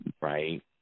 right